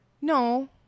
no